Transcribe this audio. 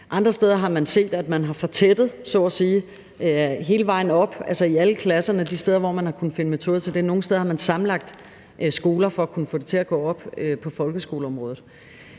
Andre steder har man set, at man så at sige har fortættet hele vejen op, i alle klasserne, altså de steder, hvor man har kunnet finde metoder til det. Nogle steder har man sammenlagt skoler for at kunne få det til at gå op på folkeskoleområdet.